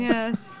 Yes